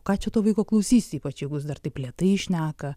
ką čia to vaiko klausysi ypač jeigu jis dar taip lėtai šneka